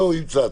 הוא ימצא.